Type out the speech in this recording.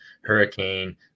Hurricane